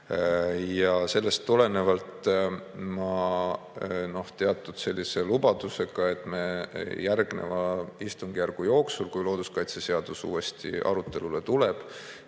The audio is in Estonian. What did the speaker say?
Sellest tulenevalt ma teatud sellise lubaduse korral, et me järgneva istungjärgu jooksul, kui looduskaitseseadus uuesti arutelule tuleb,